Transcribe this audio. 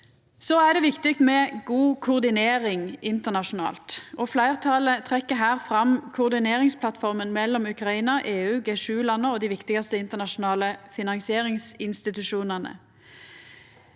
Det er viktig med god koordinering internasjonalt, og fleirtalet trekkjer her fram koordineringsplattforma mellom Ukraina, EU, G7-landa og dei viktigaste internasjonale finansieringsinstitusjonane.